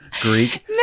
Greek